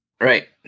Right